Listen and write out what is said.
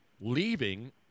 leaving